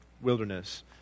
wilderness